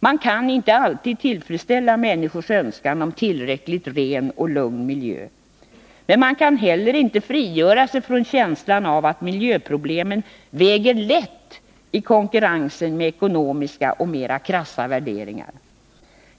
Man kan inte alltid tillfredsställa människornas önskan om tillräckligt ren och lugn miljö. Men man kan inte heller frigöra sig från känslan av att miljöproblemen väger lätt i konkurrensen med ekonomiska och mer krassa värderingar.